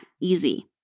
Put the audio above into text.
easy